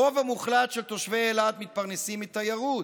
הרוב המוחלט של תושבי אילת מתפרנסים מתיירות.